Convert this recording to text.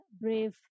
brave